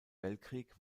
weltkrieg